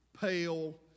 pale